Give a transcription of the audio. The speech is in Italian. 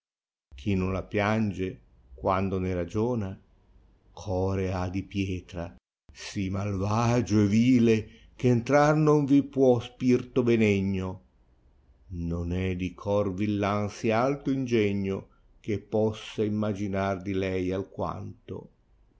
chi non la piange quando ne ragiona gore ha di pietra si malvagio e vile ch ntrare non vi può spirto benegno non è di cor tìllan sì alto ingegno gbe possa immaginar di lei alquanto